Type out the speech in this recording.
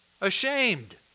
ashamed